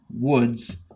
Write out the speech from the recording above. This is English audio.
woods